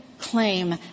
Claim